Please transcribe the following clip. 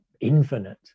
infinite